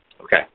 Okay